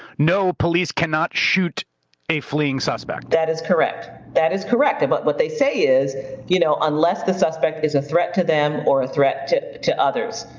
no, police cannot shoot a fleeing suspect. that is correct. that is correct. but what they say is you know unless the suspect is a threat to them or a threat to to others.